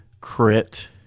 crit